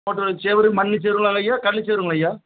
ஒட்டு வீடு செவரு மண்ணு செவருங்களா ஐயா கல்லு செவருங்களா ஐயா